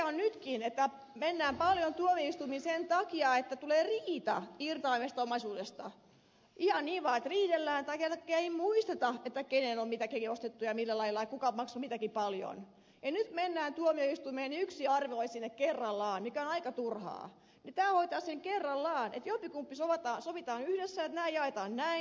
mutta nytkin kun mennään paljon tuomioistuimiin sen takia että tulee riita irtaimesta omaisuudesta ihan niin vaan että riidellään tai kerta kaikkiaan ei muisteta mikä on kenenkin ostama ja millä lailla ja kuka on maksanut kuinkakin paljon ja mennään tuomioistuimeen yksi arvoesine kerrallaan mikä on aika turhaa niin tämä hoitaa sen kerralla että sovitaan yhdessä että nämä ja nämä jaetaan näin